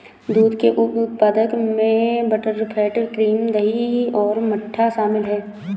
दूध के उप उत्पादों में बटरफैट, क्रीम, दही और मट्ठा शामिल हैं